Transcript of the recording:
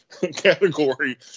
category